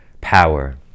power